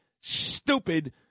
stupid